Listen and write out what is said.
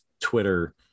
twitter